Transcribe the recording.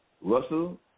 Russell